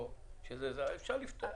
אפשר לפתוח.